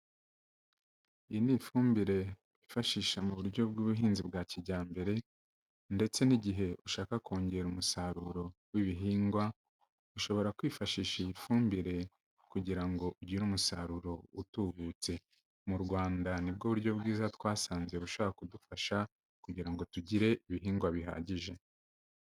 Iyi ni ifumbire fashisha mu buryo bw'ubuhinzi bwa kijyambere, ndetse n'igihe ushaka kongera umusaruro w'ibihingwa, ushobora kwifashisha iyi fumbire, kugira ngo ugire umusaruro utubutse, mu Rwanda ni bwo buryo bwiza twasanze busho kudufasha, kugira ngo tugire ibihingwa bihagije.